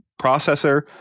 processor